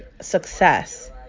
success